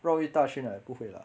绕一大圈啊也不会啦